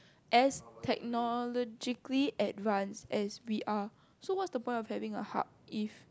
as technologically advanced as we are so what's the point of having a hub if